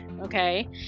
okay